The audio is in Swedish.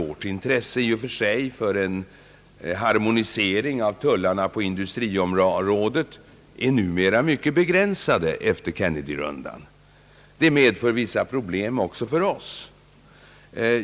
Vårt intresse i och för sig för en harmonisering av tullarna på industriområdet är numera, efter Kennedyrundan, mycket begränsat. Det medför vissa problem även för oss.